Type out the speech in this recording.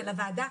ולוועדה,